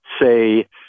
say